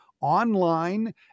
online